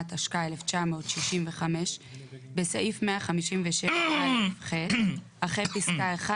התשכ"ה-1965 בסעיף 156(א)(ח) אחרי פסקה 1